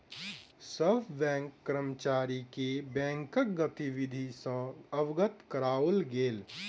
सभ बैंक कर्मचारी के बैंकक गतिविधि सॅ अवगत कराओल गेल